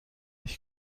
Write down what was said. ich